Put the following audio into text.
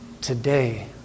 today